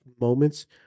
moments